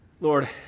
Lord